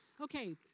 Okay